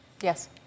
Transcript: Yes